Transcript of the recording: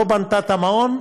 לא בנתה את המעון,